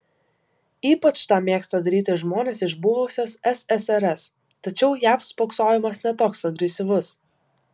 ypač tą mėgsta daryti žmonės iš buvusios ssrs tačiau jav spoksojimas ne toks agresyvus